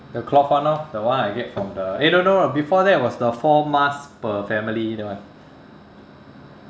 the cloth one orh the one I get from the eh no no no before that was the four masks per family that one